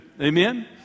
Amen